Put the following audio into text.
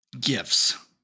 gifts